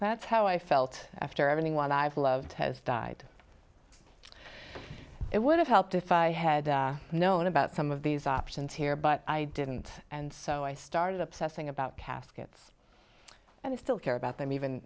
that's how i felt after everything while i've loved has died it would have helped if i had known about some of these options here but i didn't and so i started obsessing about caskets and i still care about them even